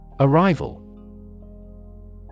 Arrival